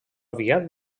aviat